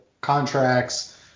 contracts